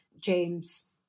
James